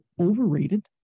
overrated